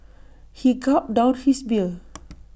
he gulped down his beer